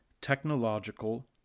technological